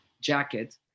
jacket